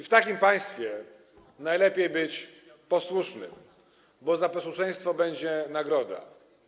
W takim państwie najlepiej być posłusznym, bo za posłuszeństwo będzie nagroda.